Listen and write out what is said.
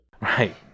Right